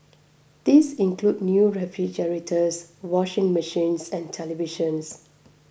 these include new refrigerators washing machines and televisions